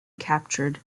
captured